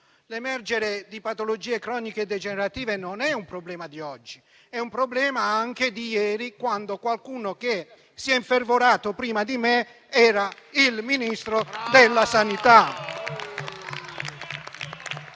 l'emergere di patologie croniche degenerative è un problema non di oggi, ma anche di ieri, quando qualcuno che si è infervorato prima di me era il Ministro della sanità.